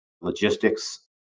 logistics